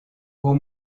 haut